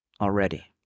already